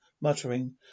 Muttering